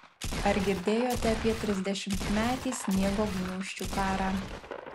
ar girdėjote apie trisdešimtmetį sniego gniūžčių karą